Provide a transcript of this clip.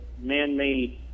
man-made